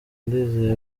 ndizeye